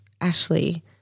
Ashley